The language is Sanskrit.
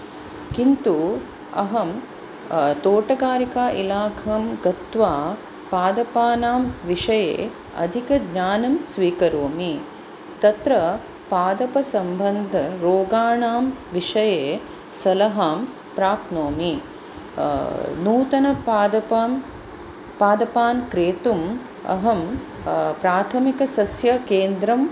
किन्तु अहं तोटकारिका इलाखां गत्त्वा पादपानां विषये अधिकज्ञानं स्वीकरोमि तत्र पादपसम्बन्धरोगाणां विषये सलहां प्राप्नोमि नूतनपादपान् पादपान् क्रेतुम् अहं प्राथमिकसस्यकेन्द्रम्